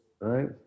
right